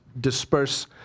disperse